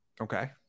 Okay